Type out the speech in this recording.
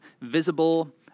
visible